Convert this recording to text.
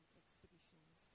expeditions